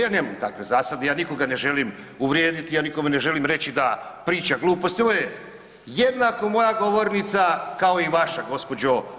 Ja nemam takve zasade, ja nikoga ne želim uvrijediti, ja nikome ne želim reći da priča gluposti, ovo je jednako moja govornica kao i vaša, gđo.